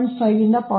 5 ರಿಂದ 0